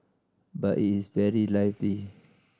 but it is very lively